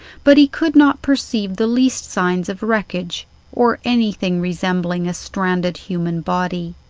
but he could not perceive the least signs of wreckage or anything resembling a stranded human body.